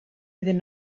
iddyn